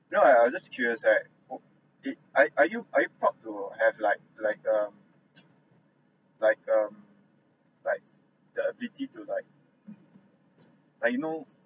you know I I was just curious right did are are you are you proud to have like like um like um like the ability to like mm like you know